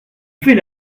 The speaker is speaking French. fait